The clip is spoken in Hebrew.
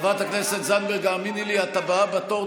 חברת הכנסת זנדברג, האמיני לי, את הבאה בתור.